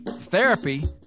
therapy